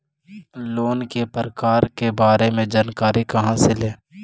Loan के प्रकार के बारे मे जानकारी कहा से ले?